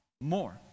more